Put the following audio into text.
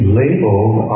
labeled